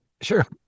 sure